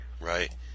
Right